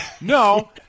No